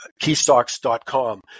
keystocks.com